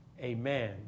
Amen